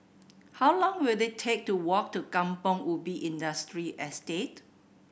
how long will it take to walk to Kampong Ubi Industrial Estate